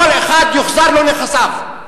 כל אחד יוחזרו לו נכסיו.